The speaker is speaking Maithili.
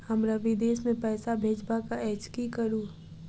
हमरा विदेश मे पैसा भेजबाक अछि की करू?